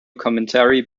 commentary